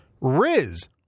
riz